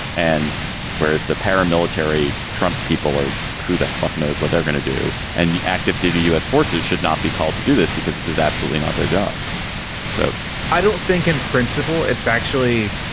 and whereas the paramilitary trump people are who the fuck knows what they're going to do? and the active duty u s. forces should not be called to do this because this is absolutely not their job so i don't think in principle it's actually.